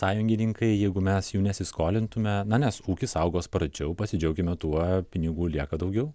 sąjungininkai jeigu mes jų nesiskolintume na nes ūkis augo sparčiau pasidžiaukime tuo pinigų lieka daugiau